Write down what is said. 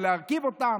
או להרכיב אותם,